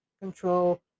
control